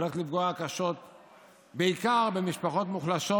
הולכת לפגוע קשות בעיקר במשפחות מוחלשות